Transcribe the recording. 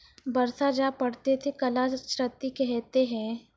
बरसा जा पढ़ते थे कला क्षति हेतै है?